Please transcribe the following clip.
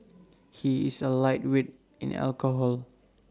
he is A lightweight in alcohol